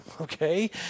okay